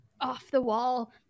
off-the-wall